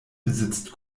besitzt